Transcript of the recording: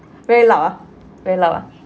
lah